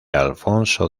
alfonso